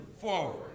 forward